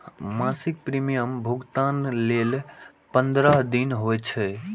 मासिक प्रीमियम भुगतान लेल पंद्रह दिन होइ छै